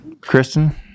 Kristen